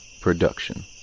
Production